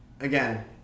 again